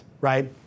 right